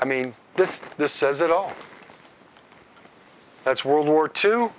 i mean this is this says it all that's world war two